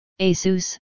Asus